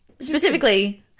Specifically